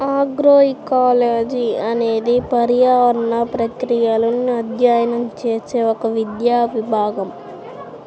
agroecology అనేది పర్యావరణ ప్రక్రియలను అధ్యయనం చేసే ఒక విద్యా విభాగం